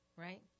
Right